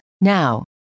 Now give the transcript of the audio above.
Now